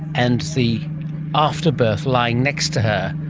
and the afterbirth lying next to her.